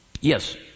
Yes